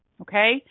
okay